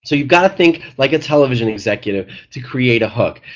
so you've got to think like a television executive to create a hook.